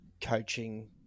coaching